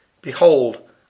Behold